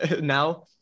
now